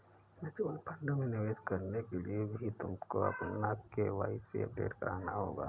mutual fund में निवेश करने के लिए भी तुमको अपना के.वाई.सी अपडेट कराना होगा